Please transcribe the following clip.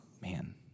Man